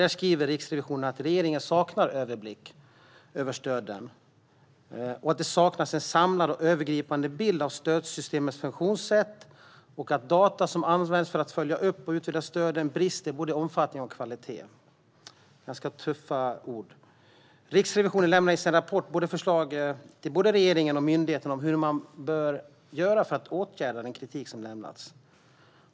Riksrevisionen skriver att regeringen saknar överblick, att det saknas en samlad och övergripande bild av stödsystemens funktionssätt och att data som används för att följa upp och utvärdera stöden brister i både omfattning och kvalitet. Det är ganska tuffa ord. Riksrevisionen lämnar i sin rapport förslag till både regering och myndigheter om hur man bör agera för att åtgärda den kritik som lämnats.